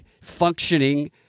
functioning